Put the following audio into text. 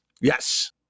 Yes